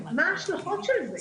מה ההשלכות של זה.